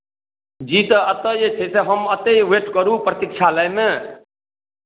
जी तऽ एतय जे छै से हम एतहि वेट करू प्रतीक्षालयमे